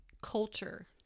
culture